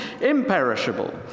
imperishable